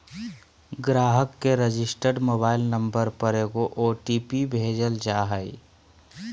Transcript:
ग्राहक के registered mobile number पर एगो ओ.टी.पी भेजल जा हइ